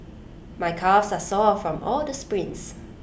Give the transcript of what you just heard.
my calves are sore from all the sprints